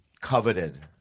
coveted